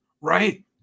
Right